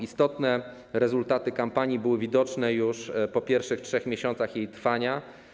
Istotne rezultaty kampanii były widoczne już po pierwszych 3 miesiącach jej trwania.